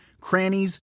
crannies